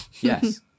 Yes